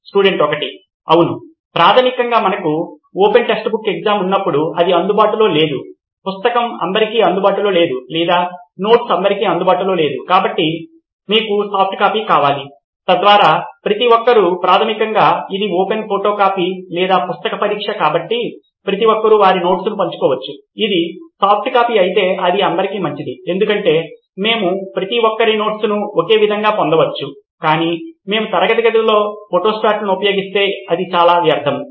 student 1 అవును ప్రాథమికంగా మనకు ఓపెన్ టెక్స్ట్ బుక్ ఎగ్జామ్ ఉన్నప్పుడు అది అందుబాటులో లేదు పుస్తకం అందరికీ అందుబాటులో లేదు లేదా నోట్స్ అందరికీ అందుబాటులో లేదు కాబట్టి మీకు సాఫ్ట్ కాపీ కావాలి తద్వారా ప్రతి ఒక్కరూ ప్రాథమికంగా ఇది ఓపెన్ ఫోటోకాపీ లేదా పుస్తక పరీక్ష కాబట్టి ప్రతిఒక్కరూ వారి నోట్స్ను పంచుకోవచ్చు ఇది సాఫ్ట్ కాపీ అయితే అది అందరికీ మంచిది ఎందుకంటే మేము ప్రతి ఒక్కరి నోట్స్ను ఒకే విధంగా పొందవచ్చు కాని మేము తరగతి గదిలో ఫోటోస్టాట్లను ఉపయోగిస్తే అది చాలా వ్యర్ధము